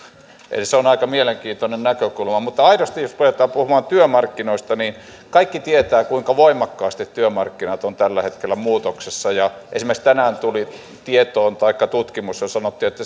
eli se on aika mielenkiintoinen näkökulma mutta aidosti jos ruvetaan puhumaan työmarkkinoista kaikki tietävät kuinka voimakkaasti työmarkkinat ovat tällä hetkellä muutoksessa esimerkiksi tänään tuli tutkimus jossa sanottiin että